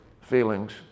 feelings